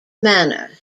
manner